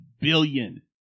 billion